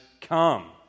Come